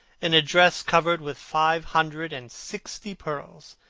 in a dress covered with five hundred and sixty pearls.